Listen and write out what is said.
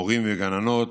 מורים וגננות,